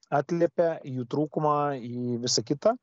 atliepia jų trūkumą į visą kitą